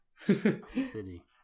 City